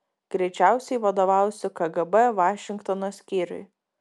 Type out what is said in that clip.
greičiausiai vadovausiu kgb vašingtono skyriui